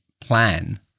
plan